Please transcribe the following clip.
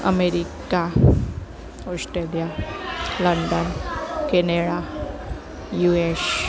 America Australia London Canada US